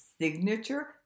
signature